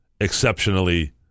exceptionally